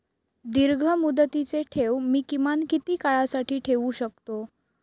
दीर्घमुदतीचे ठेव मी किमान किती काळासाठी ठेवू शकतो?